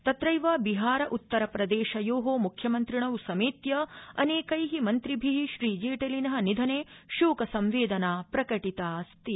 तत्रैव बिहार उत्तरप्रदेशयो म्ख्यमन्त्रिणौ समेत्य अनेकै मन्त्रिभि श्री जेटलिन निधने शोक संवेदना प्रकटितास्ति